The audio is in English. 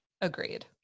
agreed